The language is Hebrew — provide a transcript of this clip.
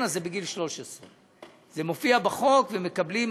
אז זה בגיל 13. זה מופיע בחוק ומקבלים,